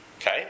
Okay